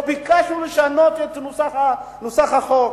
לא ביקשנו לשנות את נוסח החוק.